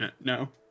No